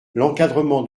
l’encadrement